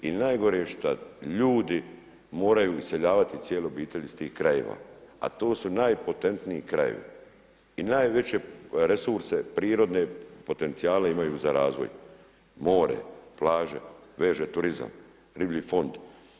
I najgore je šta ljudi moraju iseljavati i cijele obitelji iz tih krajeva, a to su najpotentniji krajevi i najveće resurse prirodne potencijale imaju za razvoj more, plaže, veže turizam, riblji fond.